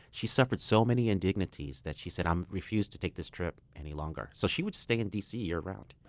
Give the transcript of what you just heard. she suffered so many indignities that she said, i um refuse to take this trip any longer. so she would stay in d c. year-round.